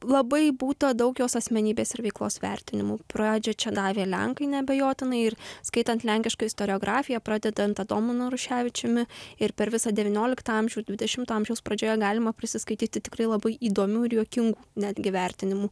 labai būta daug jos asmenybės ir veiklos vertinimų pradžią čia davė lenkai neabejotinai ir skaitant lenkiška istoriografiją pradedant adomu naruševičiumi ir per visą devynioliktą amžių dvidešimto amžiaus pradžioje galima prisiskaityti tikrai labai įdomių ir juokingų netgi vertinimų